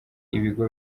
ibigo